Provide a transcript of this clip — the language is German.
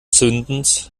zündens